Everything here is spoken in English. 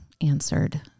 answered